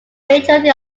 majority